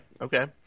Okay